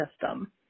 system